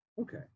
Okay